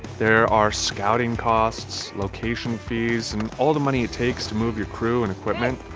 there are scouting costs, location fees and all the money it takes to move your crew and equipment.